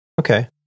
okay